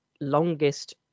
longest